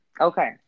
Okay